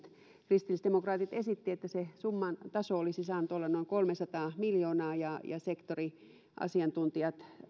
kristillisdemokraatit esittivät että se summan taso olisi saanut olla noin kolmesataa miljoonaa ja sektoriasiantuntijat